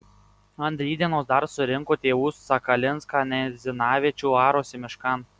ant rytdienos dar surinko tėvų sakalinską naidzinavičių varosi miškan